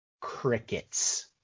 crickets